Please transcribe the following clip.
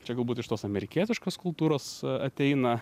čia galbūt iš tos amerikietiškos kultūros ateina